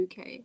UK